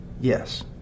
Yes